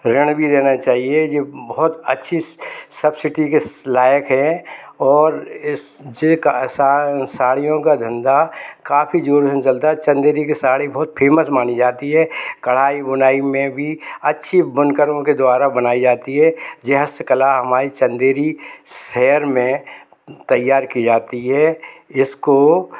ऋण भी देना चाहिए जो बहुत अच्छी सब्सिडी के लायक है और इस ये का साड़ियों का धंधा काफ़ी जोड़ चलता है चंदेरी के साड़ी बहुत फेमस मानी जाती है कढ़ाई बुनाई में भी अच्छी बुनकरों के द्वारा बनाई जाती है ये हस्तकला हमारी चंदेरी शहर में तैयार की जाती है इसको